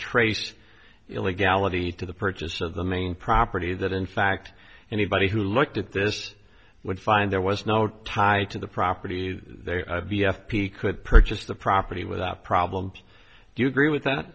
trace illegality to the purchase of the main property that in fact anybody who looked at this would find there was no tie to the property they v f p could purchase the property without problems do you agree with that